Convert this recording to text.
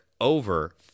over